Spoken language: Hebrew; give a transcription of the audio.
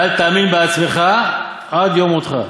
ואל תאמין בעצמך עד יום מותך,